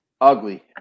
ugly